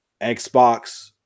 xbox